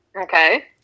Okay